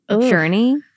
journey